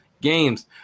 games